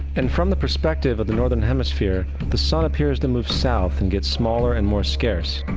and from the perspective of the northern hemisphere, the sun appears to move south and get smaller and more scarce.